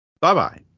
Bye-bye